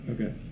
Okay